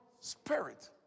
spirit